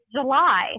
July